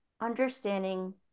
understanding